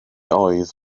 oedd